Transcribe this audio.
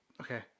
Okay